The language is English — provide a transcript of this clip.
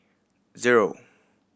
zero